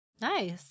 Nice